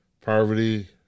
Poverty